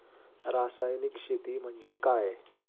रासायनिक शेती म्हणजे काय?